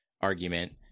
argument